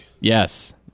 Yes